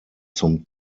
zum